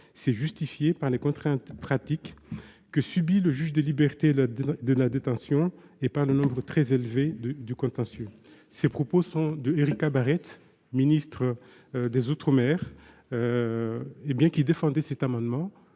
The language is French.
C'est justifié par les contraintes pratiques que subit le juge des libertés et de la détention et par le nombre très élevé de contentieux. » Ces propos sont ceux d'Ericka Bareigts, alors ministre des outre-mer, qui défendait cet amendement